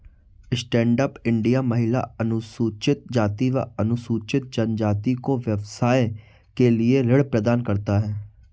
stand up India महिला, अनुसूचित जाति व अनुसूचित जनजाति को व्यवसाय के लिए ऋण प्रदान करता है